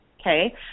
okay